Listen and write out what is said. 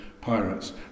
pirates